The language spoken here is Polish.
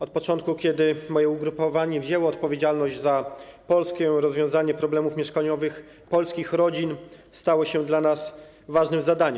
Od początku, kiedy moje ugrupowanie wzięło odpowiedzialność za rozwiązanie problemów mieszkaniowych polskich rodzin, stało się to dla nas ważnym zadaniem.